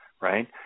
Right